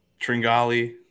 Tringali